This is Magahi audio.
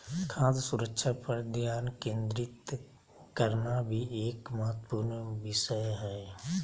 खाद्य सुरक्षा पर ध्यान केंद्रित करना भी एक महत्वपूर्ण विषय हय